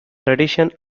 tradition